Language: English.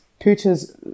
Putin's